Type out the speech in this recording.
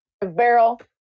Barrel